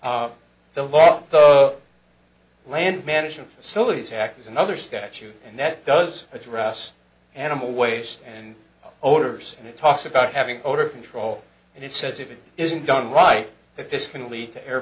case the law on the land management facilities act is another statute and that does address animal waste and odors and it talks about having odor control and it says if it isn't done right if this can lead to air